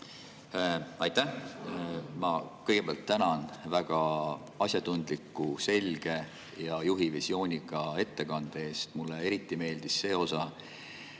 Aitäh! Ma kõigepealt tänan väga asjatundliku, selge ja juhivisiooniga ettekande eest! Mulle eriti meeldis see osa,